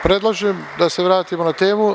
Predlažem da se vratimo na temu.